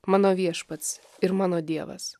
mano viešpats ir mano dievas